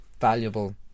valuable